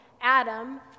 Adam